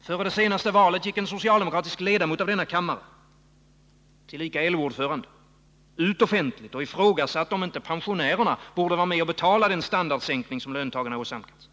Före det senaste valet gick en socialdemokratisk ledamot av denna kammare, tillika LO-ordförande, ut offentligt och ifrågasatte, om inte pensionärerna borde vara med och betala den standardsänkning som löntagarna åsamkats.